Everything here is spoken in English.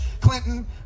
Clinton